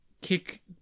kick